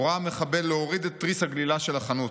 הורה המחבל להוריד את תריס הגלילה של החנות.